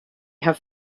have